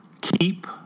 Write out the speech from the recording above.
keep